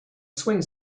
swing